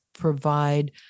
Provide